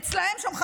אצלם שם,